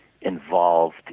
involved